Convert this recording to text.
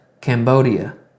Cambodia